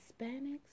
Hispanics